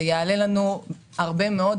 זה יעלה לנו הרבה מאוד,